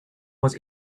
was